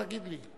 תגיד לי.